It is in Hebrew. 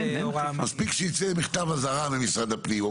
מספיק שיצא מכתב אזהרה ממשרד הפנים או